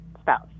spouse